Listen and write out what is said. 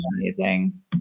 amazing